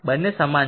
બંને સમાન છે